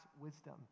wisdom